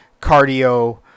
cardio